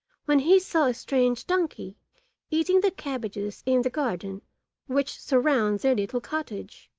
when he saw a strange donkey eating the cabbages in the garden which surround their little cottage.